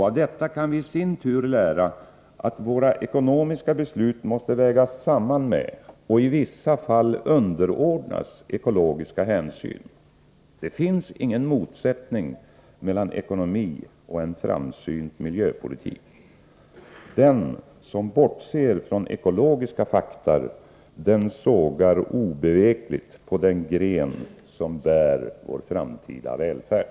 Av detta kan vi i sin tur lära att våra ekonomiska beslut måste vägas samman med och i vissa fall underordnas ekologiska hänsyn. Det finns ingen motsättning mellan ekonomi och en framsynt miljöpolitik. Den som bortser från ekologiska fakta, den sågar obevekligt på den gren som bär vår framtida välfärd.